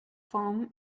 formed